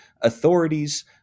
authorities